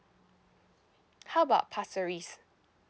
how about pasir ris